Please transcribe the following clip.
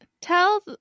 tell